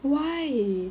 why